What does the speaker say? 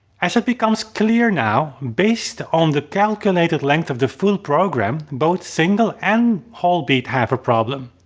as it becomes clear now, based on the calculated length of the full program, both single and whole beat have a problem.